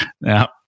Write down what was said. Now